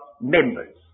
members